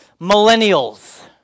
millennials